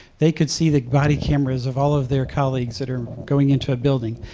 they could see the body cameras of all of their colleagues that are going into a building.